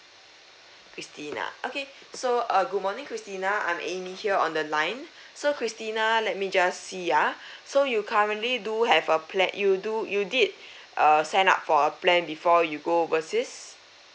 christina okay so uh good morning christina I'm amy here on the line so christina let me just see ah so you currently do have a plan you do you did err sign up for a plan before you go overseas